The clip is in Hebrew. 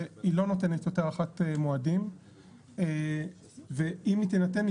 שהיא לא נותנת יותר הארכת מועדים ואם היא תינתן,